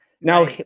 Now